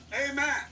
amen